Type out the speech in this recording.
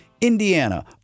Indiana